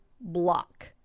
block